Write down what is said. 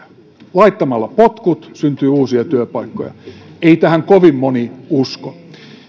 laittamalla potkut syntyy uusia työpaikkoja ei tähän kovin moni usko